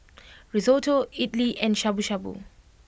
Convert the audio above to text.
Risotto Idili and Shabu Shabu